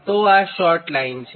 તોઆ short line છે